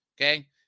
Okay